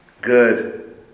Good